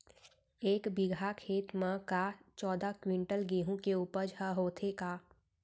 एक बीघा खेत म का चौदह क्विंटल गेहूँ के उपज ह होथे का?